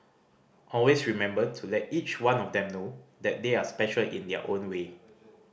always remember to let each one of them know that they are special in their own way